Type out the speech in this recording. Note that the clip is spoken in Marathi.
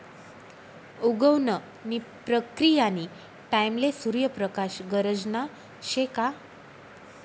उगवण नी प्रक्रीयानी टाईमले सूर्य प्रकाश गरजना शे का